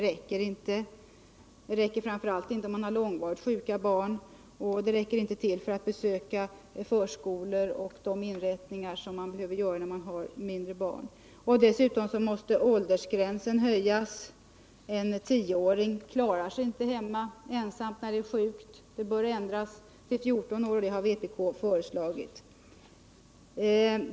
Framför allt räcker de inte till om man har långvarigt sjuka barn eller för att besöka de förskolor och inrättningar som man behöver besöka när man har mindre barn. Därför måste åldersgränsen höjas. En tioåring klarar sig inte hemma ensam när han är sjuk. Åldersgränsen bör höjas till 14 år, som vpk har föreslagit.